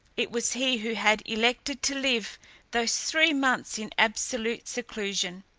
it was he who had elected to live those three months in absolute seclusion.